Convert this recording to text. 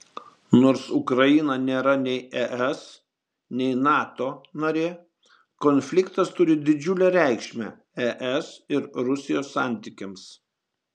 nors ukraina nėra nei es nei nato narė konfliktas turi didžiulę reikšmę es ir rusijos santykiams